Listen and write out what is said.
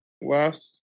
last